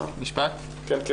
כן.